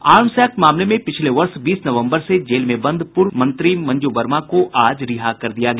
arms act मामले में पिछले वर्ष बीस नवम्बर से जेल में बंद पूर्व मंत्री मंजू वर्मा को आज रिहा कर दिया गया